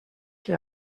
que